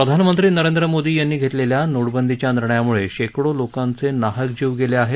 प्रधानमंत्री नरेंद्र मोदीं यांनी घेतलेल्या नोटबंदीच्या निर्णयामुळे शेकडो लोकांचे नाहक जीव गेले आहेत